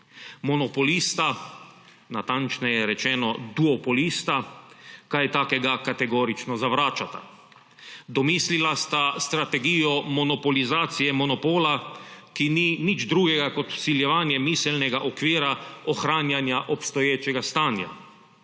Monopolista, natančneje rečeno duopolista, kaj takega kategorično zavračata. Domislila sta strategijo monopolizacije monopola, ki ni nič drugega kot vsiljevanje miselnega okvira ohranjanja obstoječega stanja,